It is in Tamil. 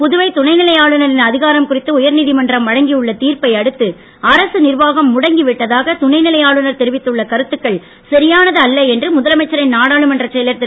புதுவை துணைநிலை ஆளுநரின் அதிகாரம் குறித்து உயர் நீதிமன்றம் வழங்கியுள்ள தீர்ப்பை அடுத்து புதுவை அரசு நிர்வாகம் முடங்கி விட்டதாக துணைநிலை ஆளுநர் தெரிவித்துள்ள கருத்துக்கள் சரியானது அல்ல என்று முதலமைச்சரின் நாடாளுமன்றச் செயலர் திரு